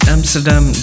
Amsterdam